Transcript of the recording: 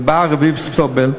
ובא רביב סובל,